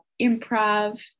improv